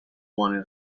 one